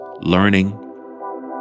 learning